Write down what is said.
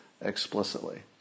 explicitly